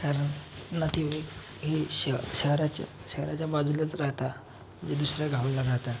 कारण नातेवाईक हे श शहराचे शहराच्या बाजूलाच राहता ते दुसऱ्या गावाला राहता